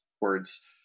words